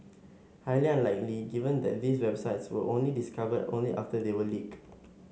highly unlikely given that these websites were only discovered only after they were leaked